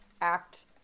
act